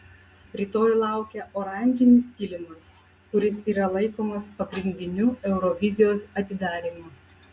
rytoj laukia oranžinis kilimas kuris yra laikomas pagrindiniu eurovizijos atidarymu